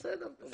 בסדר.